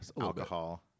alcohol